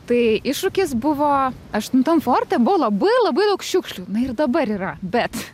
tai iššūkis buvo aštuntam forte buvo labai labai daug šiukšlių ir dabar yra bet